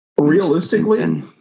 Realistically